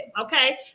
okay